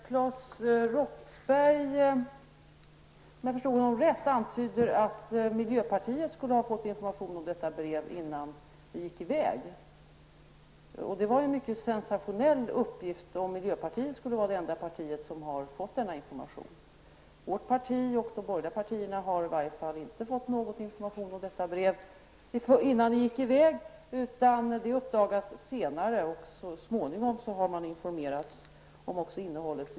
Herr talman! Om jag förstod Claes Roxbergh rätt antydde han att miljöpartiet skulle ha fått information om brevet innan det sändes. Det är mycket sensationellt om miljöpartiet var det enda parti som fick denna information. Vårt parti och de övriga borgerliga partierna har i varje fall inte fått någon information om detta brev innan det sändes. Brevets avsändande uppdagades senare och så småningom har man också informerat om innehållet.